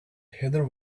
heather